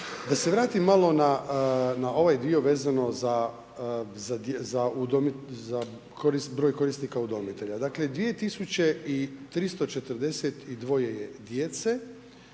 Da se vratim malo na ovaj dio vezano za broj korisnika udomitelja. Dakle 2342 je djece